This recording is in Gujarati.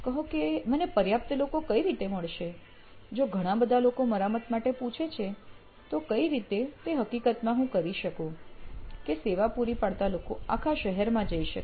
કહો કે મને પ્રયાપ્ત લોકો કઈ રીતે મળશે જો ઘણા બધા લોકો મરામત માટે પૂછે છે તો કઈ રીતે તે હકીકતમાં કરી શકું કે આ સેવા પૂરી પડતા લોકો આખા શહેરમાં જઈ શકે